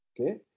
Okay